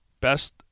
best